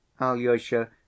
Alyosha